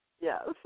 Yes